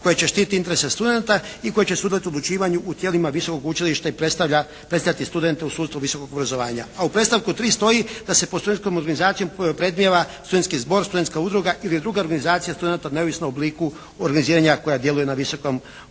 koje će štititi interese studenata i koji će sudjelovati u odlučivanju u tijelima visokog učilišta i predstavljati studente u sustavu visokog obrazovanja, a u predstavku 3. stoji da se pod studentskom organizacijom predmnijeva studentski zbor, studentska udruga ili druga organizacija studenata neovisno o obliku organiziranja koja djeluje na visokom učilištu.